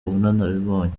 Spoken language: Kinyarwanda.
ubunararibonye